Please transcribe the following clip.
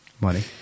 Money